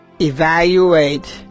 Evaluate